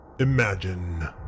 Imagine